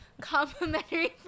complimentary